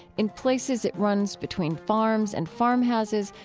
in places, it runs between farms and farmhouses,